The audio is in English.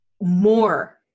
more